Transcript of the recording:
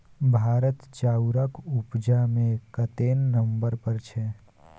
भारत चाउरक उपजा मे कतेक नंबर पर छै?